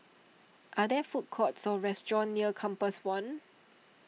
are there food courts or restaurants near Compass one